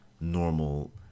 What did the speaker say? normal